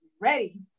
ready